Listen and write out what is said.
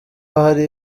hari